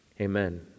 Amen